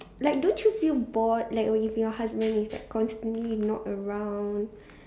like don't you feel bored like when your husband is like constantly not around